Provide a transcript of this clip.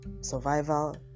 survival